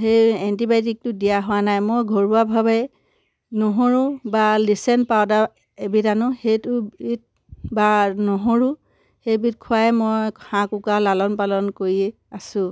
সেই এণ্টিবায়'টিকটো দিয়া হোৱা নাই মই ঘৰুৱাভাৱে নহৰু বা লিচেন পাউডাৰ এবিধ আনো সেইটোবিধ বা নহৰু সেইবিধ খুৱাই মই হাঁহ কুকুৰা লালন পালন কৰি আছো